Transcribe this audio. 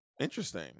Interesting